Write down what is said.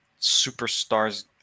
superstars